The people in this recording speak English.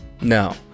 no